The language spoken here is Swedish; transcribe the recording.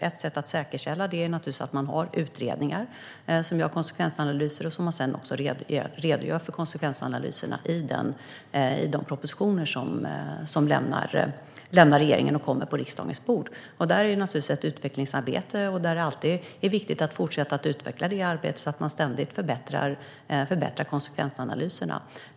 Ett sätt att säkerställa det är genom utredningar där man gör konsekvensanalyser som man redogör för i de propositioner som lämnar regeringen och hamnar på riksdagens bord. Här sker naturligtvis ett utvecklingsarbete för att ständigt förbättra konsekvensanalyserna.